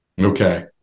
Okay